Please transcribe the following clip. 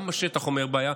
גם השטח אומר: בעיה.